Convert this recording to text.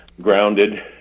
grounded